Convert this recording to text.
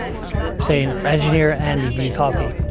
saying, engineer andy do you copy?